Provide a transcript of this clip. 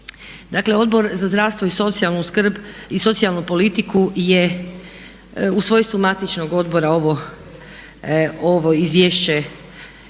Dakle, Odbor za zdravstvo i socijalnu skrb i socijalnu politiku je u svojstvu matičnog odbora ovo izvješće